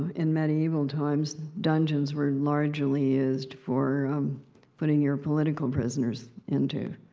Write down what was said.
in medieval times, dungeons were largely used for putting your political prisoners into.